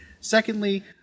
Secondly